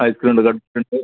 ice cream ഉണ്ട്